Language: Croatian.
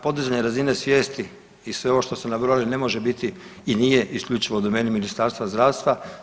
Podizanje razine svijesti i sve ovo što ste nabrojali ne može biti i nije isključivo do mene, Ministarstva zdravstva.